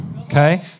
okay